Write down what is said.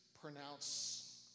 pronounce